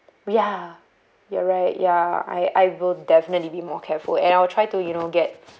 ya you're right ya I I will definitely be more careful and I will try to you know get